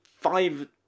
five